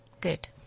Good